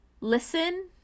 listen